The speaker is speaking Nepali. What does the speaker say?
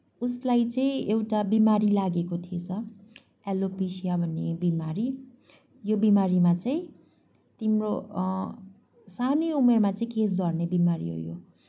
उसलाई चाहिँ एउटा बिमारी लागेको थिएछ एलोपेसिया भन्ने बिमारी यो बिमारीमा चाहिँ तिम्रो सानै उमेरमा चाहिँ केश झर्ने बिमारी हो यो